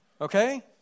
Okay